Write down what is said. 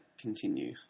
continue